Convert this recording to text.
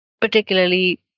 particularly